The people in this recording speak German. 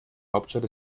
hauptstadt